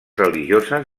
religioses